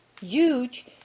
huge